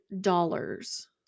dollars